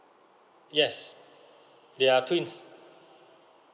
yes they are twins